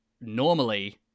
normally